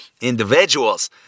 individuals